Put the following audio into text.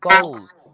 goals